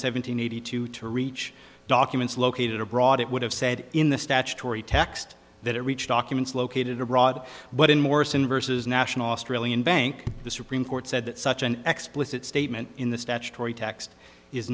hundred eighty two to reach documents located abroad it would have said in the statutory text that it reached documents located abroad but in morrison versus national australia bank the supreme court said that such an explicit statement in the statutory text is